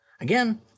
Again